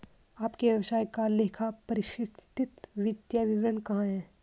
आपके व्यवसाय का लेखापरीक्षित वित्तीय विवरण कहाँ है?